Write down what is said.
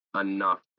enough